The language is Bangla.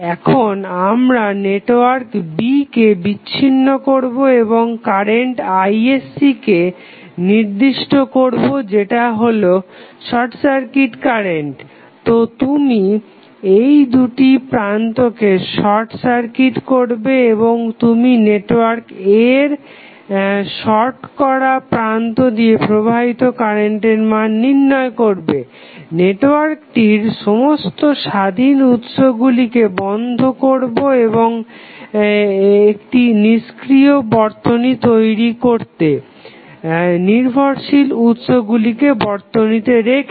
এখন আমরা নেটওয়ার্ক B কে বিচ্ছিন্ন করবো ও কারেন্ট isc কে নির্দিষ্ট করবো যেটা হলো শর্ট সার্কিট কারেন্ট তো তুমি এই দুটি প্রান্তকে শর্ট সার্কিট করবে এবং তুমি নেটওয়ার্ক A এর শর্ট করা প্রান্ত দিয়ে প্রবাহিত কারেন্টের মান নির্ণয় করবে নেটওয়ার্কটির সমস্ত স্বাধীন উৎসগুলিকে বন্ধ করবো একটি নিস্ক্রিয় বর্তনী তৈরি করতে নির্ভরশীল উৎসগুলিকে বর্তনীতে রেখে